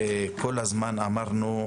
וכל הזמן אמרנו,